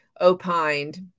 opined